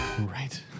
Right